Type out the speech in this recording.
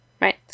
Right